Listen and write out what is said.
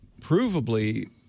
provably